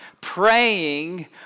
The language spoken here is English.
praying